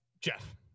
Jeff